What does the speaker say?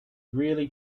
really